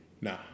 Nah